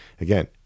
Again